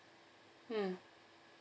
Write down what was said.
mm